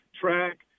track